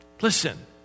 Listen